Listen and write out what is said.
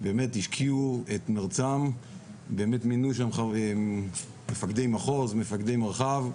השקיעו את מרצם ומינו שם מפקדי מחוז, מפקדי מרכז,